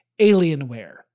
Alienware